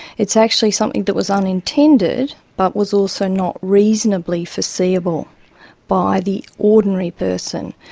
it's actually something that was unintended but was also not reasonably foreseeable by the ordinary person.